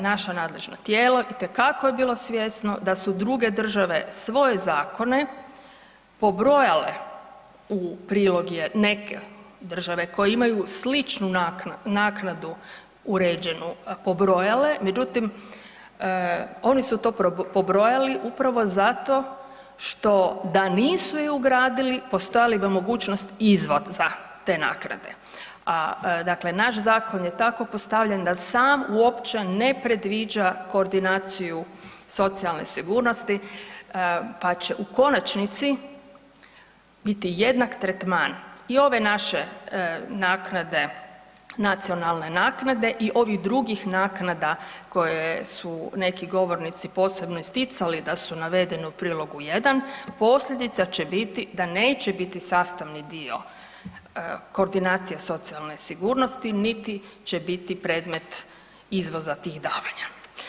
Naše nadležno tijelo itekako je bilo svjesno da su druge države svoje zakone pobrojale u prilog I., neke države koje imaju sličnu naknadu uređenu pobrojale, međutim, oni su to pobrojali upravo zato što, da nisu ju ugradili postojala bi mogućnost izvoza te naknade, a dakle naš zakon je tako postavljen da sam uopće ne predviđa koordinaciju socijalne sigurnosti pa će u konačnici biti jednak tretman i ove naše naknade, nacionalne naknade i ovih drugih naknada koje su neki govornici posebno isticali da su navedene u prilogu I., posljedica će biti da neće biti sastavni dio koordinacije socijalne sigurnosti niti će biti predmet izvoza tih davanja.